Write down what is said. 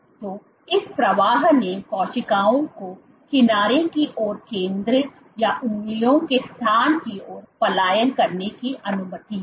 तो इस प्रवाह ने कोशिकाओं को किनारों की ओर केंद्र या उंगलियों के स्थान की ओर पलायन करने की अनुमति दी